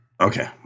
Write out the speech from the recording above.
Okay